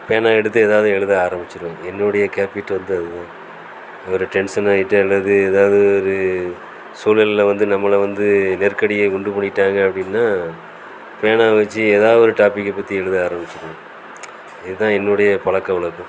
பேனா எடுத்து எதாவது எழுத ஆரம்பிச்சுருவேன் என்னுடைய ஹேபிட் வந்து அது தான் ஒரு டென்சன் ஆயிட்டால் அல்லது எதாவது ஒரு சூழ்நிலைல வந்து நம்பளை வந்து நெருக்கடியாக கொண்டு போயிட்டாங்க அப்படின்னா பேனா வச்சு எதாவது ஒரு டாபிக்கை பற்றி எழுத ஆரம்பிச்சுருவேன் இது தான் என்னுடைய பழக்க வழக்கம்